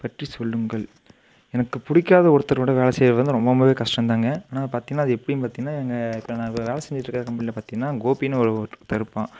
பற்றி சொல்லுங்கள் எனக்கு பிடிக்காத ஒருத்தரோடு வேலை செய்வது வந்து ரொம்ப ரொம்பவே கஷ்டம் தாங்க ஆனால் அது பார்த்தீங்கன்னா அது இப்பேயும் பார்த்தீங்கன்னா எங்கள் இப்போ நான் வேலை செஞ்சுட்ருக்கற கம்பெனியில் பார்த்தீங்கன்னா கோபினு ஒரு ஒருத்தன் இருப்பான்